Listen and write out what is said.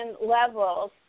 levels